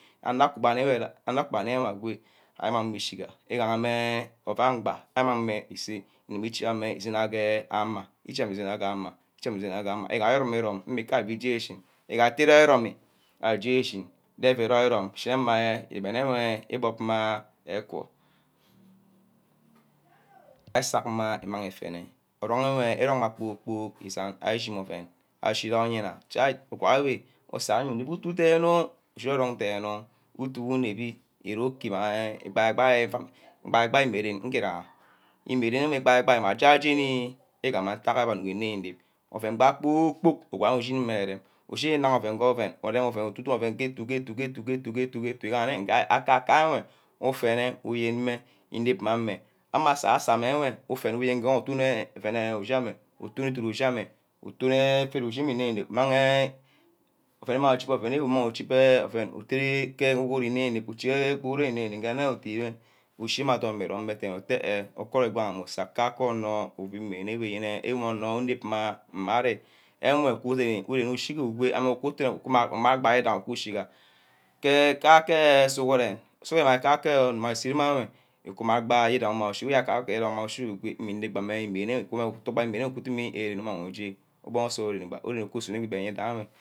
Anor kuba. Anor kuba wege ari îmang mma îchiga igeme oven mba arí magme ise uwer ísume íre îchigerme ka ama. uchet mi uchiga ke ama. ígaha írome írome nje eshin. egaí ette írom írom aj́e echin euí rome irome eshíne íbobma ekuo esakma ufene. urung mma kpor kpork îsen. íre ishima oven. ashi ke oyenna chai uguwa owo unep utu derenere oˈuchine orung derener o. utu wor inembe íre okay mayee íbab́aí́ immeren íkegaha abe anuck ínem-inep oven mback kpor kpork uguwa ushineme ereme, ushíní írem oven go oven ke-etu ke̍-etu ke-etu ngaharer akaka enwer ufene uyenme înep mma ameh, mme asasor ewe ufane uyene geh utone ovenere uchiˊama uton eferre uchi ame înep-înep. uchina adorn ugu rome înep-înep agbara ngwang ame uchake kake onor. mme onor unep ma mme ari. ame kumu go uku umad bah owidanyí okuchiga ke ka-ke sughurene îmack ka-ke onor isse mma ame. uku umad uku mag bah ka-ke-erome usay na ke îmerene u ku umang meh urene uj́e sughurere imag ma ise ari